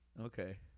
Okay